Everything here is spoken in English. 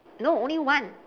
no only one